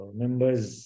members